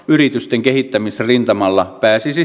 yritysten kehittämisrintamalla pääsisi